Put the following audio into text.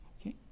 okay